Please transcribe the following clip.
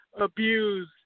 abuse